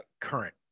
current